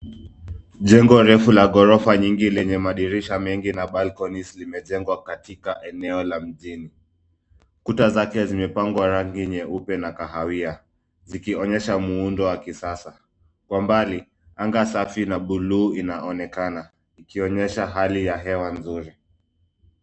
Jengo refu la ghorofa nyingi lenye madirisha mengi na balconies zimejengwa katika eneo la mjini. Kuta zake zimepangwa rangi nyeupe na kahawia, zikionyesha muundo wa kisasa. Kwa mbali, anga safi na buluu inaonekana, ikionyesha hali ya hewa nzuri.